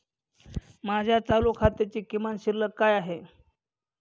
माझ्या चालू खात्याची किमान शिल्लक काय आहे?